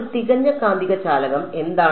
ഒരു തികഞ്ഞ കാന്തിക ചാലകം എന്താണ്